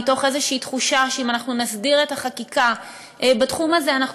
מתוך איזושהי תחושה שאם אנחנו נסדיר את החקיקה בתחום הזה אנחנו